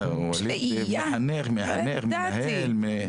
ווליד מחנך, מנהל.